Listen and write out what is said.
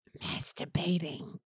Masturbating